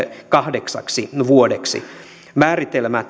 kahdeksaksi vuodeksi määritelmä